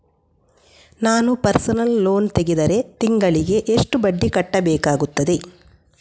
ನಾನು personal loan ತೆಗೆದರೆ ತಿಂಗಳಿಗೆ ಎಷ್ಟು ಬಡ್ಡಿ ಕಟ್ಟಬೇಕಾಗುತ್ತದೆ?